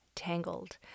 tangled